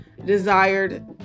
desired